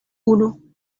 unu